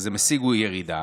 אז הם השיגו ירידה.